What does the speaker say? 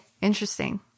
Interesting